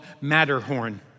Matterhorn